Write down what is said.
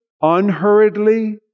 unhurriedly